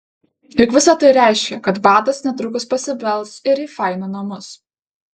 juk visa tai reiškia kad badas netrukus pasibels ir į fainų namus